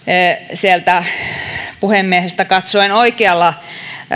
sieltä puhemiehestä katsoen oikealla